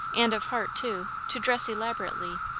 and of heart too, to dress elaborately,